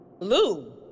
Lou